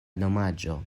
domaĝo